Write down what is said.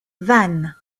vannes